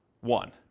one